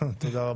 תודה.